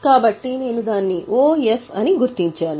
కాబట్టి నేను దాన్ని OF అని గుర్తించాను